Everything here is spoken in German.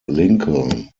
lincoln